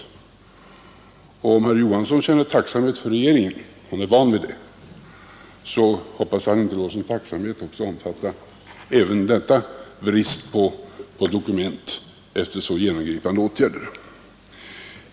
Om herr Johansson i Trollhättan känner tacksamhet mot regeringen — han är van vid det — hoppas jag att han inte låter sin tacksamhet omfatta även denna brist på dokument efter så genomgripande åtgärder.